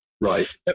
Right